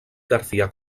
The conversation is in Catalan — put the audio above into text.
garcia